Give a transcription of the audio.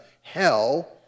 hell